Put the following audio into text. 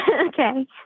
Okay